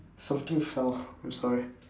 something fell I'm sorry